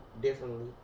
differently